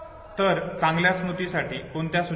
तर चांगल्या स्मृतीसाठी कोणत्या सूचना आहेत